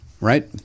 Right